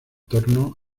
torno